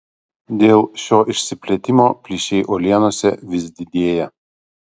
dėl šio išsiplėtimo plyšiai uolienose vis didėja